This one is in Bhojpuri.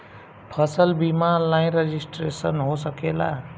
फसल बिमा ऑनलाइन रजिस्ट्रेशन हो सकेला?